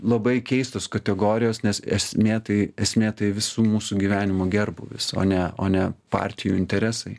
labai keistos kategorijos nes esmė tai esmė tai visų mūsų gyvenimo gerbūvis o ne o ne partijų interesai